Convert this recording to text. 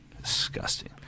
disgusting